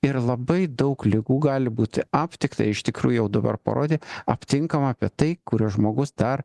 ir labai daug ligų gali būti aptikta iš tikrų jau dabar parodė aptinkama apie tai kuriuo žmogus dar